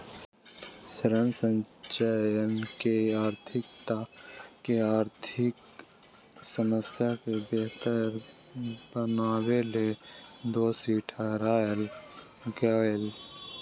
ऋण संचयन के अधिकता के आर्थिक समस्या के बेहतर बनावेले दोषी ठहराल गेलय